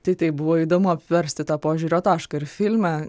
tai taip buvo įdomu apversti tą požiūrio tašką ir filme